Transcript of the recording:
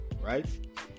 right